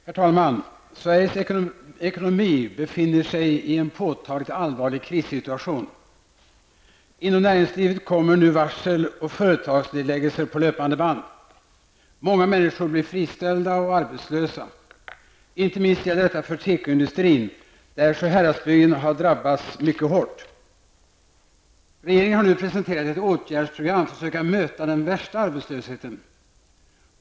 Herr talman! Sveriges ekonomi befinner sig i en påtagligt allvarlig krissituation. Inom näringslivet kommer nu varsel och företagsnedläggelser på löpande band. Många människor blir friställda och arbetslösa. Inte minst gäller detta för tekoindustrin, där Sjuhäradsbygden har drabbats mycket hårt. Regeringen har nu presenterat ett åtgärdsprogram för att aök möta den värsta arbetslösheten.